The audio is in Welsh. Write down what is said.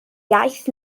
iaith